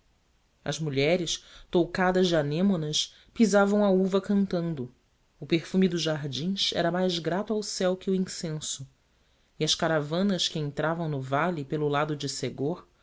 as mulheres toucadas de anêmonas pisavam a uva cantando o perfume dos jardins era mais grato ao céu que o incenso e as caravanas que entravam no vale pelo lado de ségor